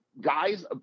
Guys